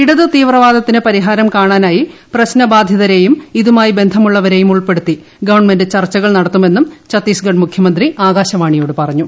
ഇടതു തീവ്രവാദത്തിന് പരിഹാരം കാണാനായി പ്രശ്നബാധിതരെയും ഇതുമായി ബന്ധമുള്ളവരെയും ഉൾക്പ്പടുത്തി ഗവൺമെന്റ് ചർച്ചകൾ നടത്തുമെന്നും ഛ്ഞ്ചീസ്ഗഡ് മുഖ്യമന്ത്രി ആകാശവാണിയോട് പറഞ്ഞു